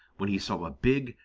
when he saw a big,